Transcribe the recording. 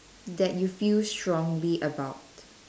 that you feel strongly about